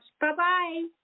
Bye-bye